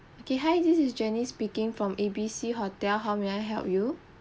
okay hi this is janice speaking from A B C hotel how may I help you